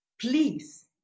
please